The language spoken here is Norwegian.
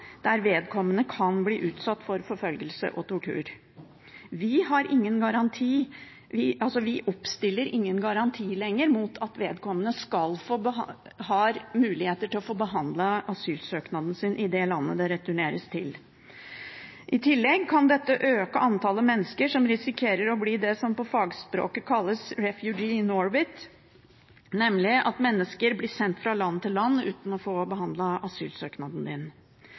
der vedkommende kan bli utsatt for forfølgelse og tortur. Vi stiller ingen garanti lenger for at vedkommende har mulighet til å få behandlet asylsøknaden sin i det landet det returneres til. I tillegg kan dette øke antallet mennesker som risikerer å bli det som på fagspråket kalles «refugees in orbit», nemlig mennesker som blir sendt fra land til land uten å få behandlet asylsøknaden